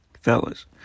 Fellas